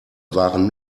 waren